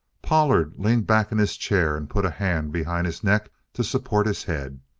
pollard leaned back in his chair and put a hand behind his neck to support his head.